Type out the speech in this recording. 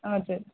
हजुर